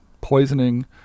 poisoning